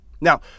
Now